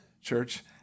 church